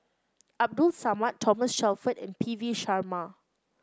Abdul Samad Thomas Shelford and P V Sharma